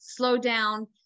slowdown